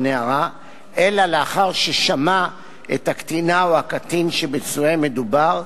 נערה אלא לאחר ששמע את הקטינה או את הקטין שבהם מדובר,